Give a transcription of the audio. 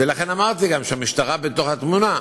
ולכן אמרתי גם שהמשטרה בתמונה.